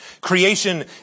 Creation